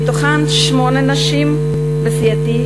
מתוכן שמונה נשים בסיעתי,